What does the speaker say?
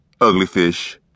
Uglyfish